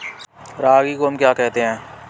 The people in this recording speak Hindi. रागी को हम क्या कहते हैं?